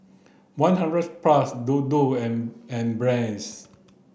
one hundred plus Dodo and and Brand's